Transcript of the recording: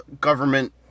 government